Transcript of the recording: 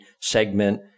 segment